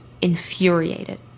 infuriated